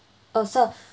oh sir